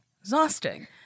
exhausting